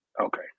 okay